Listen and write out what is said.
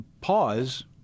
pause